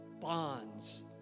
bonds